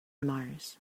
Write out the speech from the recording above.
mars